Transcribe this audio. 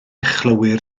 chlywir